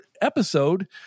episode